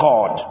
God